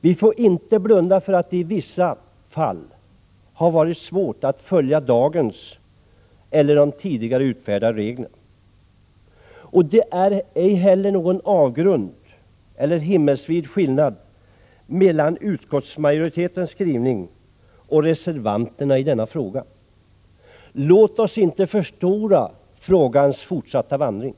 Vi får inte blunda för att det i vissa fall har varit svårt att följa dagens eller tidigare utfärdade regler. Det är ej heller någon avgrund eller himmelsvid skillnad mellan utskottsmajoritetens skrivning och reservationen i denna fråga. Låt oss inte förstora frågans fortsatta vandring!